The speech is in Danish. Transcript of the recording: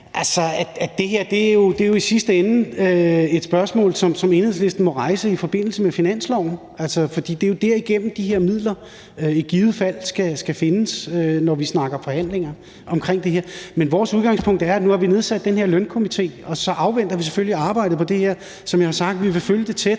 er, at det her jo i sidste ende er et spørgsmål, som Enhedslisten må rejse i forbindelse med finansloven, for det er jo derigennem, de midler i givet fald skal findes, når vi snakker forhandlinger om det her. Men vores udgangspunkt er, at vi nu har nedsat den her lønstrukturkomité, og så afventer vi selvfølgelig arbejdet i forhold til det her. Som jeg har sagt, vil vi følge det tæt,